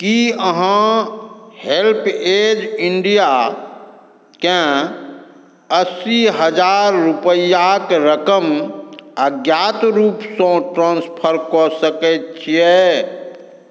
की अहाँ हेल्पऐज इंडियाकेँ अस्सी हजार रूपैआक रकम अज्ञात रूपसँ ट्रांस्फर कऽ सकैत छियै